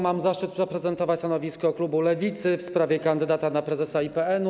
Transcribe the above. Mam zaszczyt zaprezentować stanowisko klubu Lewicy w sprawie kandydata na prezesa IPN-u.